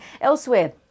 Elsewhere